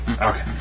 Okay